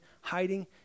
hiding